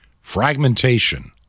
fragmentation